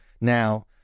Now